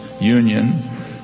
union